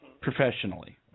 Professionally